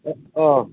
अह